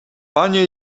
panie